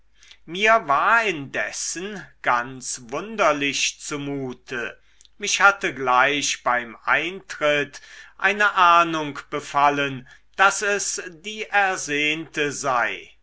mir war indessen ganz wunderlich zumute mich hatte gleich beim eintritt eine ahnung befallen daß es die ersehnte sei